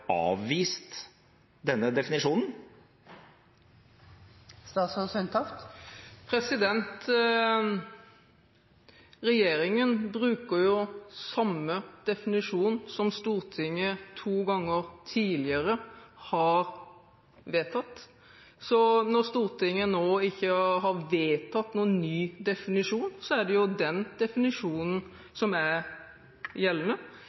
avvist denne definisjonen? Regjeringen bruker jo samme definisjon som Stortinget to ganger tidligere har vedtatt, så når Stortinget nå ikke har vedtatt noen ny definisjon, er det jo den definisjonen som er gjeldende.